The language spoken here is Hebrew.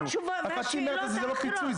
אלו שאלות אחרות, נכון.